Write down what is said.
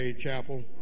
chapel